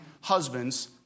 husbands